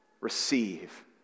receive